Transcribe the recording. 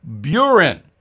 Buren